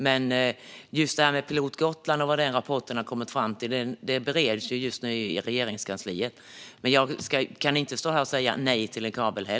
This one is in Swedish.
Rapporten Energipilot Gotland och det man har kommit fram till där bereds just nu i Regeringskansliet. Men jag kan inte heller stå här och säga nej till en kabel.